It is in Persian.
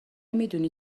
میدونی